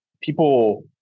people